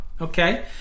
Okay